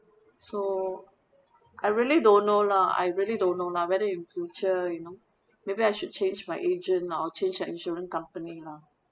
so I really don't know lah I really don't know lah whether in future you know maybe I should change my agent or change an insurance company lah